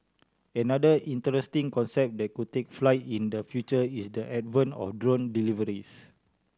another interesting concept that could take flight in the future is the advent of drone deliveries